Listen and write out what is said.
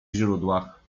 źródłach